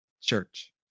church